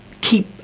keep